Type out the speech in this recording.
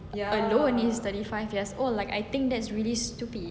the law says it's thirty five years old like I think that's really stupid